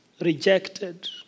rejected